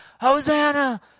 Hosanna